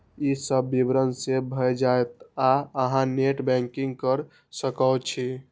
ई सब विवरण सेव भए जायत आ अहां नेट बैंकिंग कैर सकै छी